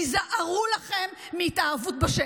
היזהרו לכם מהתאהבות בשקט.